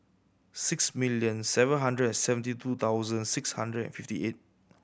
six million seven hundred and seventy two thousand six hundred and fifty eight